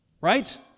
right